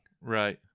Right